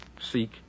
Seek